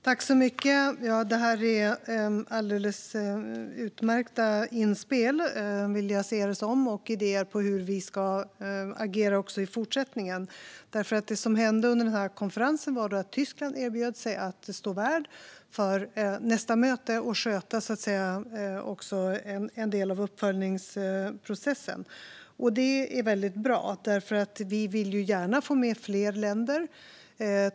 Herr talman! Det här är alldeles utmärkta inspel - det vill jag se det som - och idéer om hur vi ska agera i fortsättningen. Under konferensen erbjöd sig nämligen Tyskland att stå värd för nästa möte och att sköta en del av uppföljningsprocessen. Det är väldigt bra. Vi vill ju gärna få med fler länder.